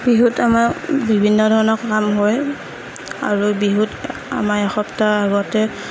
বিহুত আমাৰ বিভিন্ন ধৰণৰ কাম হয় আৰু বিহুত আমাৰ এসপ্তাহৰ আগতে